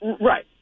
Right